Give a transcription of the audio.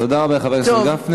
תודה רבה, חבר הכנסת גפני.